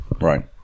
right